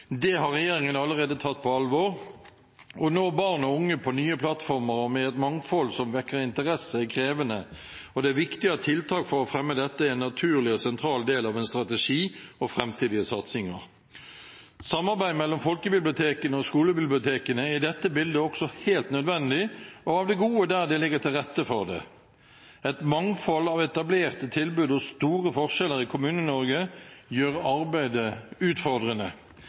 Det har regjeringen allerede tatt på alvor. Å nå barn og unge på nye plattformer og med et mangfold som vekker interesse, er krevende, og det er viktig at tiltak for å fremme dette er en naturlig og sentral del av en strategi og framtidige satsinger. Samarbeid mellom folkebibliotekene og skolebibliotekene er i dette bildet også helt nødvendig og av det gode der det ligger til rette for det. Et mangfold av etablerte tilbud og store forskjeller i Kommune-Norge gjør arbeidet utfordrende.